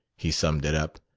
he summed it up.